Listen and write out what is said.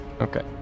okay